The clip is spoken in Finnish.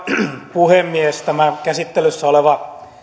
puhemies tämä käsittelyssä oleva